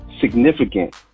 significant